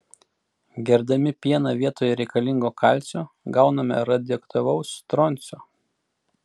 gerdami pieną vietoje reikalingo kalcio gauname radioaktyvaus stroncio